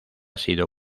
sido